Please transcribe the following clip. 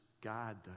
God